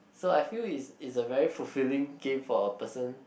so I feel is is a very fulfilling game for a person